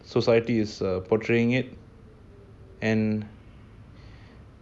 society is a portraying it and